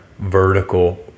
vertical